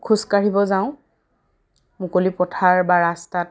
খোজকাঢ়িব যাওঁ মুকলি পথাৰ বা ৰাস্তাত